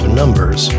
numbers